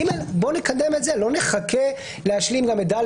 ג' בואו נקדם את זה ולא נחכה להשלים גם את ד',